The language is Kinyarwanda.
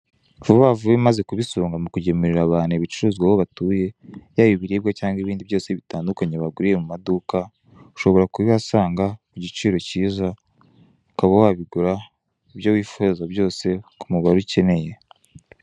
Vuba vuba umaze kuba isonga mukugemurira abantu ibicuruzwa aho batuye yaba ibiribwa cyangwa ibindi byose bitandukanye waguriye mumaduka ushobora kubihasanga kugiciro kiza ukaba wabigura ibyo wifuza byose k'umubare ukeneye.